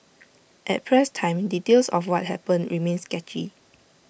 at press time details of what happened remained sketchy